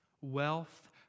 wealth